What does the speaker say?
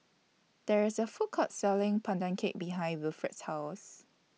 There IS A Food Court Selling Pandan Cake behind Wilfred's House